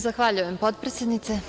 Zahvaljujem, potpredsednice.